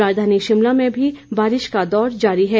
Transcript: राजधानी शिमला में भी बारिश का दौर जारी है